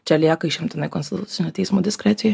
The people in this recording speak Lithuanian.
čia lieka išimtinai konstitucinio teismo diskrecijai